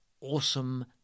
Awesome